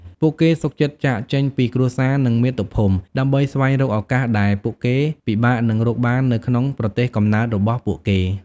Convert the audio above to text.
ពួកគេសុខចិត្តចាកចេញពីគ្រួសារ និងមាតុភូមិ ដើម្បីស្វែងរកឱកាសដែលពួកគេពិបាកនឹងរកបាននៅក្នុងប្រទេសកំណើតរបស់ពួកគេ។